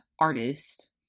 artist